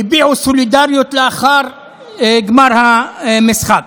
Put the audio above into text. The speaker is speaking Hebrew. הביעו סולידריות לאחר גמר המשחק.